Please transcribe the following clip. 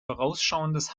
vorausschauendes